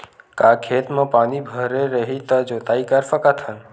का खेत म पानी भरे रही त जोताई कर सकत हन?